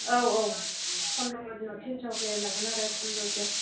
औ औ पन्द्र' दिनाव तिनस'के लागोन आरो थामजौके